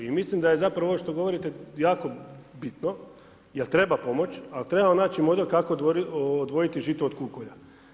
I mislim da je zapravo ovo što govorite jako bitno jer treba pomoći ali treba naći i model kako odvojiti žito od kukulja.